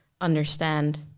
understand